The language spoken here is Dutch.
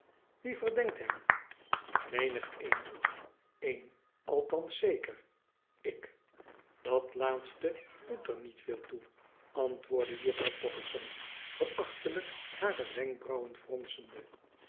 wie verdenkt hem menigeen eén althans zeker ik dat laatste doet er niet veel toe antwoordde juffrouw potterson verachtelijk hare wenkbrauwen fronsende